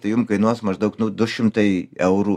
tai jum kainuos maždaug nu du šimtai eurų